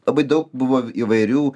labai daug buvo įvairių